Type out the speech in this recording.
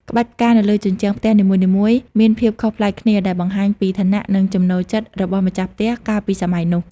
ក្បាច់ផ្កានៅលើជញ្ជាំងផ្ទះនីមួយៗមានភាពខុសប្លែកគ្នា ដែលបង្ហាញពីឋានៈ និងចំណូលចិត្តរបស់ម្ចាស់ផ្ទះកាលពីសម័យនោះ។